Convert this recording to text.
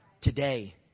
today